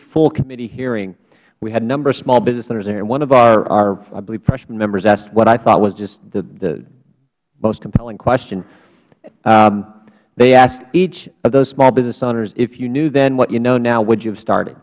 full committee hearing we had a number of smallbusiness owners there and one of our i believe freshman members asked what i thought was just the most compelling question they asked each of those smallbusiness owners if you knew then what you know now would you have started